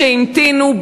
שהמתינו,